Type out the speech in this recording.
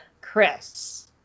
Chris